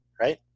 right